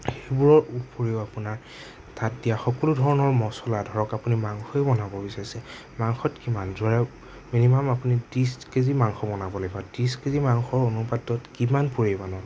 সেইবোৰৰ উপৰিও আপোনাৰ তাত দিয়া সকলোধৰণৰ মছলা ধৰক আপুনি মাংসই বনাব বিচাৰিছে মাংসত কিমান ধৰক মিনিমাম আপুনি ত্ৰিশ কেজি মাংস বনাব ত্ৰিছ কেজি মাংসৰ অনুপাতত কিমান পৰিমাণৰ